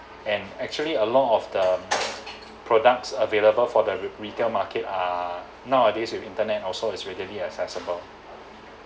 and actually a lot of the products available for the retail market are nowadays with internet also is readily accessible